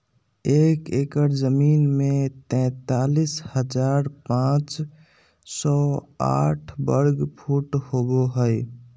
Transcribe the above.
एक एकड़ जमीन में तैंतालीस हजार पांच सौ साठ वर्ग फुट होबो हइ